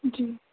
जी